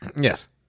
Yes